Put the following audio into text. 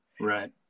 Right